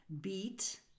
beat